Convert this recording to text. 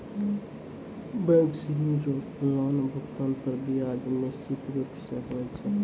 bank सिनी रो loan भुगतान पर ब्याज निश्चित रूप स होय छै